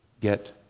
get